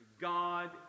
God